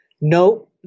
no